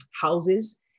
houses